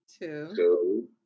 two